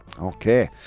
Okay